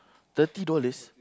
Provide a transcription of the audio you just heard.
thirty dollars